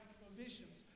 provisions